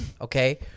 okay